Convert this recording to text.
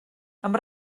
amb